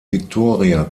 victoria